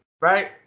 right